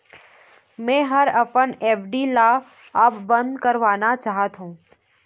मै ह अपन एफ.डी ला अब बंद करवाना चाहथों